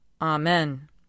Amen